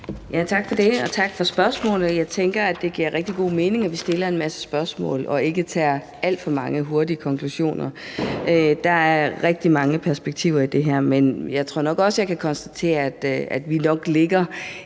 Tak for det. Og tak for spørgsmålet. Jeg tænker, det giver rigtig god mening, at vi stiller en masse spørgsmål og ikke drager alt for mange hurtige konklusioner. Der er rigtig mange perspektiver i det her, men jeg tror nok også, jeg kan konstatere, at vi nok ligger